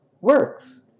works